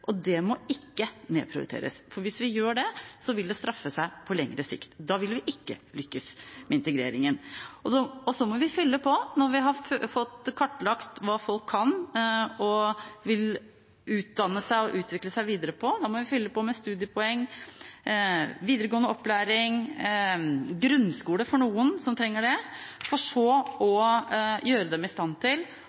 og det må ikke nedprioriteres. For hvis vi gjør det, vil det straffe seg på lengre sikt. Da vil vi ikke lykkes med integreringen. Og når vi har fått kartlagt hva folk kan og vil utdanne seg til og utvikle seg videre på, må vi fylle på med studiepoeng, videregående opplæring, grunnskole for dem som trenger det – for så å gjøre dem i stand til